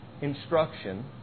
instruction